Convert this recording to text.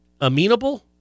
amenable